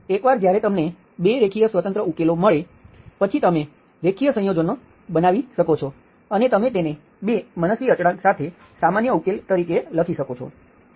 તેથી એકવાર જયારે તમને 2 રેખીય સ્વતંત્ર ઉકેલો મળે પછી તમે રેખીય સંયોજન બનાવી શકો છો અને તમે તેને 2 મનસ્વી અચળાંક સાથે સામાન્ય ઉકેલ તરીકે લખી શકો છો